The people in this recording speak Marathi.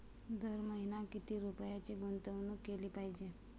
दर महिना किती रुपयांची गुंतवणूक केली पाहिजे?